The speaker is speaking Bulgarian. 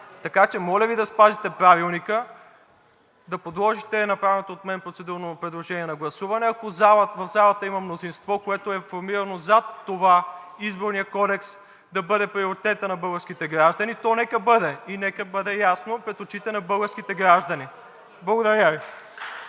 гласуване. Моля Ви да спазите Правилника, да подложите направеното от мен процедурно предложение на гласуване. Ако в залата има мнозинство, което е формирано зад това Изборният кодекс да бъде приоритет на българските граждани, то нека бъде и нека бъде ясно пред очите на българските граждани. Благодаря Ви.